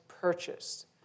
purchased